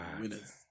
winners